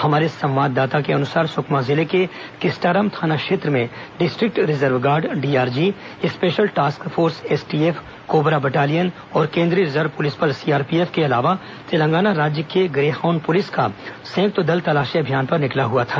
हमारे संवाददाता के अनुसार सुकमा जिले के किस्टाराम थाना क्षेत्र में district reserve guard DRG special task force STF cobra battalion और केन्द्रीय रिजर्व पुलिस बल सीआरपीएफ के अलावा तेलंगाना राज्य के ग्रे हाउंड पुलिस का संयुक्त दल तलाशी अभियान पर निकला हुआ था